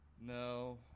No